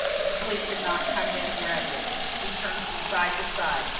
sleep did not come to him readily. he turned from side to side,